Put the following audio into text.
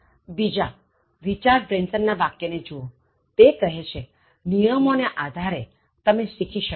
બીજા રિચાર્ડ બ્રેંસનના વાક્ય ને જુવો તે કહે છેનિયમો ને આધારે તમે શીખી શકો નહીં